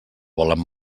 volen